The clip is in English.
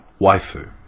waifu